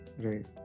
Right